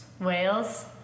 Wales